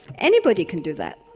anybody can do that.